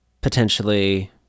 potentially